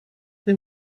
they